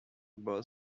both